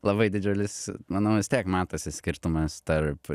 labai didžiulis manau vis tiek matosi skirtumas tarp